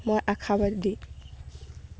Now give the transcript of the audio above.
মই আশাবাদী